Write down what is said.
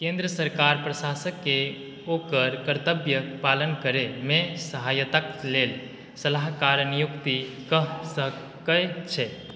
केन्द्र सरकार प्रशासकके ओकर कर्तव्यके पालन करैमे सहायताके लेल सलाहकार नियुक्ति कऽ सकै छै